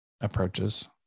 approaches